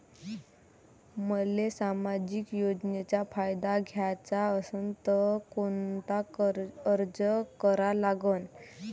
मले सामाजिक योजनेचा फायदा घ्याचा असन त कोनता अर्ज करा लागन?